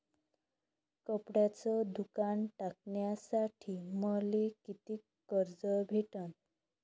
कपड्याचं दुकान टाकासाठी मले कितीक कर्ज भेटन?